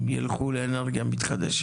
היא באה אליך פחות בטענות.